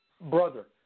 brother